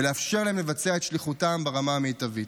ולאפשר להם לבצע את שליחותם ברמה מיטבית.